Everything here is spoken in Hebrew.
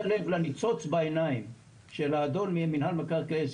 אם שמת לב לניצוץ בעיניים של האדון ממנהל מקרקעי ישראל,